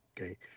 okay